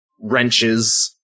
wrenches